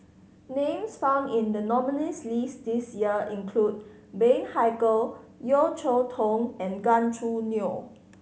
names found in the nominees' list this year include Bani Haykal Yeo Cheow Tong and Gan Choo Neo